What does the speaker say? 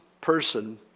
person